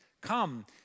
Come